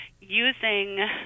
using